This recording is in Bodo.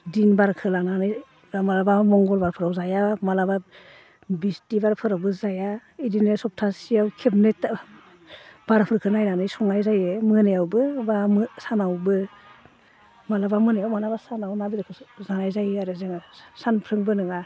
दिन बारखो लानानै एबा माब्लाबा मंगलबारफोराव जाया माब्लाबा बिष्तिबार बारफोरावबो जाया इदिनो सफ्थासेयाव खेबनै बारफोरखो नायनानै संनाय जायो मोनायावबो बा सानावबो माब्लाबा मोनायाव माब्लाबा सानाव ना बेदरखौ जानाय जायो आरो जोङो सानफ्रोमबो नङा